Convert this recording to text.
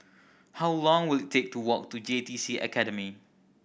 how long will it take to walk to J T C Academy